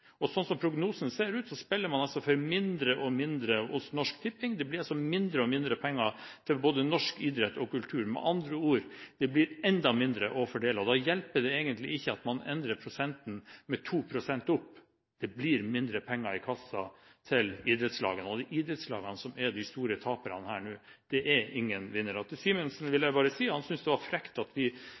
mindre og mindre penger til både norsk idrett og kultur. Med andre ord, det blir enda mindre å fordele. Da hjelper det egentlig ikke at man justerer med 2 pst. opp. Det blir mindre penger i kassen til idrettslagene. Og det er idrettslagene som er de store taperne her, det er ingen vinnere. Til representanten Simensen vil jeg si: Han syntes det var frekt at vi